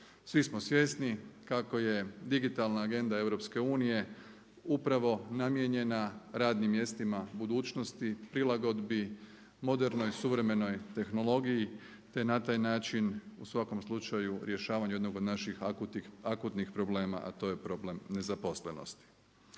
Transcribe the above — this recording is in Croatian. Svi smo svjesni kako je digitalna agenda Europske unije upravo namijenjena radnim mjestima budućnosti, prilagodbi modernoj suvremenoj tehnologiji te na taj način u svakom slučaju rješavanju jednog od naših akutnih problema a to je problem nezaposlenosti.